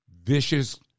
vicious